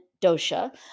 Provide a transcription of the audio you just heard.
dosha